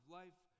life